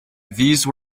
these